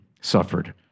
suffered